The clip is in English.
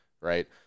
Right